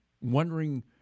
wondering—